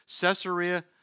Caesarea